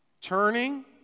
turning